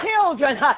children